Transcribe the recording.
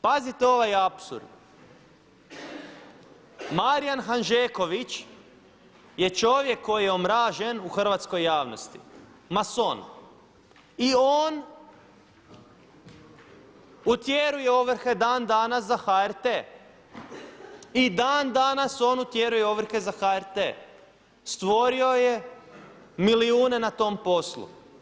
Pazite ovaj apsurd, Marijan Hanžeković je čovjek koji je omražen u hrvatskoj javnosti, mason, i on utjeruje ovrhe dan danas za HRT, i dan danas on utjeruje ovrhe za HRT, stvorio je milijune na tom poslu.